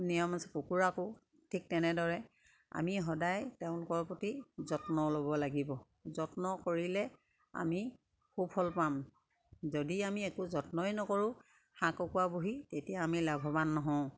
নিয়ম আছে কুকুৰাকো ঠিক তেনেদৰে আমি সদায় তেওঁলোকৰ প্ৰতি যত্ন ল'ব লাগিব যত্ন কৰিলে আমি সুফল পাম যদি আমি একো যত্নই নকৰোঁ হাঁহ কুকুৰা পুহি তেতিয়া আমি লাভৱান নহওঁ